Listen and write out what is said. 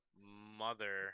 Mother